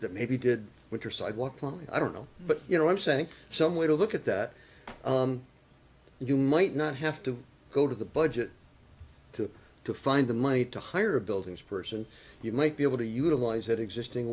that maybe did which are sidewalk land i don't know but you know i'm saying some way to look at that you might not have to go to the budget to to find the money to hire a building's person you might be able to utilize that existing